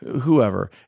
whoever